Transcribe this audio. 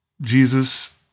Jesus